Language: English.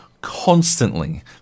constantly